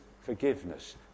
forgiveness